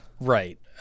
right